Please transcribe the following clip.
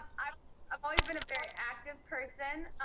i mean i've always been a very active person.